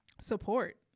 support